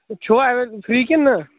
چھُوا ایوِ فِری کِنہٕ نہٕ